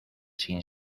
sin